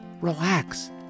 Relax